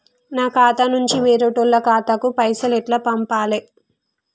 నా ఖాతా నుంచి వేరేటోళ్ల ఖాతాకు పైసలు ఎట్ల పంపాలే?